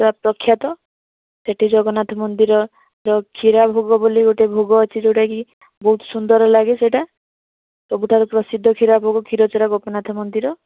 ପୁରା ପ୍ରଖ୍ୟାତ ସେଠି ଜଗନ୍ନାଥ ମନ୍ଦିର ଯେଉଁ କ୍ଷୀରା ଭୋଗ ବୋଲି ଗୋଟେ ଭୋଗ ଅଛି ଯେଉଁଟାକି ବହୁତ ସୁନ୍ଦର ଲାଗେ ସେଇଟା ସବୁଠାରୁ ପ୍ରସିଦ୍ଧ କ୍ଷୀରା ଭୋଗ କ୍ଷୀରଚୋରା ଗୋପୀନାଥ ମନ୍ଦିର